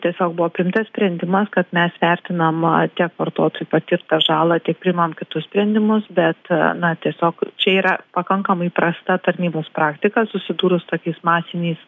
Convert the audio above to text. tiesiog buvo priimtas sprendimas kad mes vertinam a tiek vartotojų patirtą žalą tik priimam kitus sprendimus bet na tiesiog čia yra pakankamai prasta tarnybos praktika susidūrus su tokiais masiniais